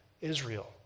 Israel